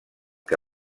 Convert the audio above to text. que